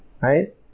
right